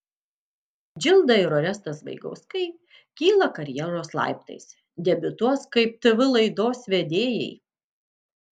džilda ir orestas vaigauskai kyla karjeros laiptais debiutuos kaip tv laidos vedėjai